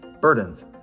Burdens